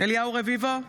אליהו רביבו,